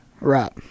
Right